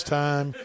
time